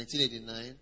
1989